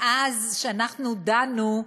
מאז שאנחנו דנו,